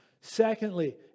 Secondly